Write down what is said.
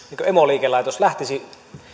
emoliikelaitos lähtisi